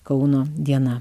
kauno diena